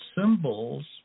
symbols